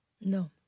No